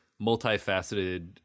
multifaceted